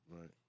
Right